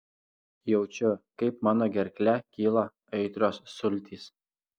jaučiu kaip mano gerkle kyla aitrios sultys